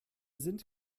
sind